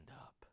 up